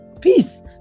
peace